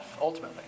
ultimately